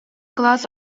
кылаас